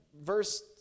verse